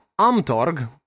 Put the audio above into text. Amtorg